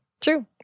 True